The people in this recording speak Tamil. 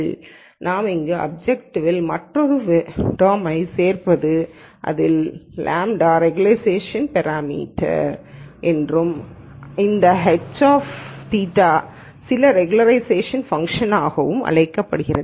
எனவே நாம் இங்கு அப்ஜெக்டிவ்விற்கு மற்றொரு டெர்ம் சேர்ப்பது இதில் λ ரெகுலராய்சேஷன் பேராமீட்டர் என்றும் இந்த h θ சில ரெகுலராய்சேஷன் ஃபங்ஷனாகவும் அழைக்கப்படுகிறது